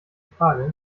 frage